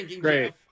Great